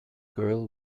girl